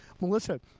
Melissa